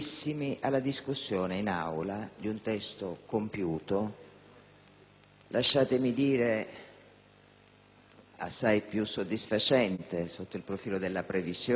assai più soddisfacente sotto il profilo della previsione, della stesura, dell'approfondimento che lo ha accompagnato e che lo contraddistingue,